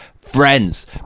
friends